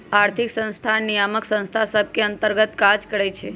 आर्थिक संस्थान नियामक संस्था सभ के अंतर्गत काज करइ छै